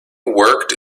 worked